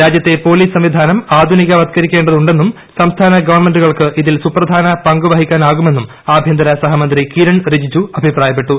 രാജ്യത്തെ പോലീസ് സംവിധാനം ആധുനികവത്കരിക്കേണ്ടതുണ്ടെന്നും സംസ്ഥാന ഗവൺമെന്റുകൾക്ക് ഇതിൽ സുപ്രധാന പങ്ക് വഹിക്കാനാകുമെന്നും ആഭ്യന്തര സഹമന്ത്രി കിരൺ റിജിജു അഭിപ്രായപ്പെട്ടു